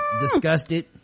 disgusted